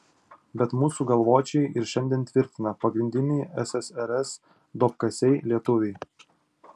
bet mūsų galvočiai ir šiandien tvirtina pagrindiniai ssrs duobkasiai lietuviai